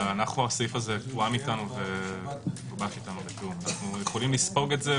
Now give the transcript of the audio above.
אבל הסעיף הזה אנחנו יכולים לספוג את זה,